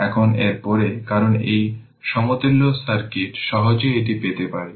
এখন এর পরে কারণ এই সমতুল্য সার্কিট সহজেই এটি পেতে পারে